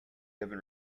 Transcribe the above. haven’t